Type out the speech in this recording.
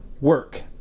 Work